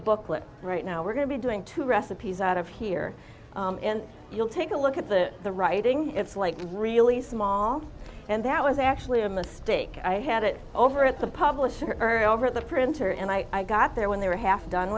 booklet right now we're going to be doing two recipes out of here and you'll take a look at the the writing it's like really small and that was actually a mistake i had it over at the publisher over the printer and i got there when they were half done